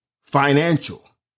financial